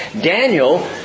Daniel